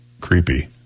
creepy